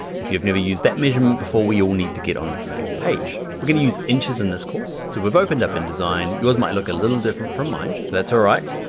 if you've never used that measurement before, we all need to get on the same page. we're gonna use inches in this course. so we've opened up indesign, yours might look a little different from mine, but that's all right.